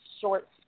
short